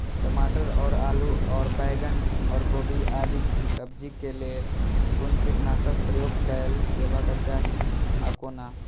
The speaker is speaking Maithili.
टमाटर और आलू और बैंगन और गोभी आदि सब्जी केय लेल कुन कीटनाशक प्रयोग कैल जेबाक चाहि आ कोना?